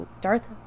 Darth